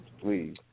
please